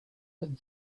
but